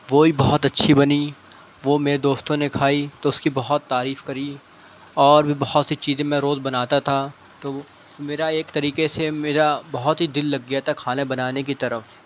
وہ بھی بہت اچھی بنی وہ میرے دوستوں نے کھائی تو اس کی بہت تعریف کری اور بھی بہت سی چیزیں میں روز بناتا تھا تو میرا ایک طریقے سے میرا بہت ہی دل لگ گیا تھا کھانا بنانے کی طرف